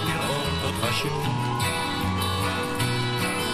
רציפות על הצעת חוק שירות ביטחון (תיקון מס' 26)